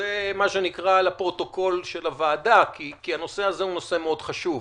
זה מה שנקרא לפרוטוקול של הוועדה כי הנושא הזה הוא נושא מאוד חשוב,